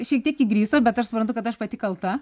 šiek tiek įgriso bet aš suprantu kad aš pati kalta